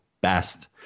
best